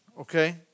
okay